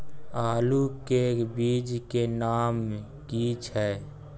आलू के बीज के नाम की छै?